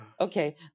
okay